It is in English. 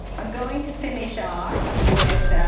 i'm going to finish off with